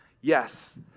yes